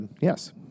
Yes